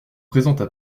présenta